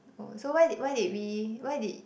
oh so why did why did we why did